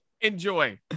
enjoy